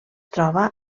troba